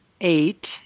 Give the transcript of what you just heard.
eight